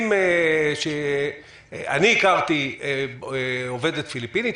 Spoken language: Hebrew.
אני הכרתי אובדת פיליפינית,